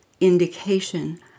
indication